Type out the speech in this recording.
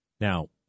Now